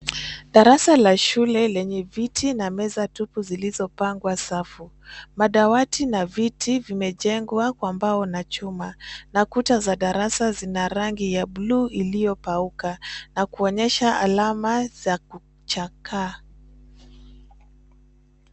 Darasa la shule lenye viti na meza tupu zilizopangwa safu. Madawati na viti vimejengwa kwa mbao na chuma na kuta za darasa zina rangi ya blue iliyopauka na kuonyesha alama za kuchakaa.